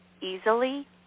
easily